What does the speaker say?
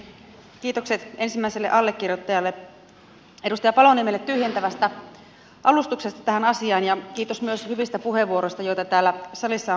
ensinnäkin kiitokset ensimmäiselle allekirjoittajalle edustaja paloniemelle tyhjentävästä alustuksesta tähän asiaan ja kiitos myös hyvistä puheenvuoroista joita täällä salissa on käytetty